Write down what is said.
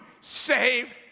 save